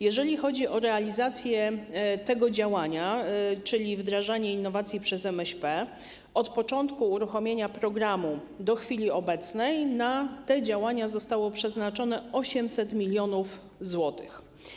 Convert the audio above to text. Jeżeli chodzi o realizację tego działania, czyli wdrażanie innowacji przez MŚP, od początku uruchomienia programu do chwili obecnej na te działania zostało przeznaczone 800 mln zł.